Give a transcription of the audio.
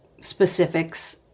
specifics